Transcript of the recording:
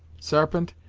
sarpent,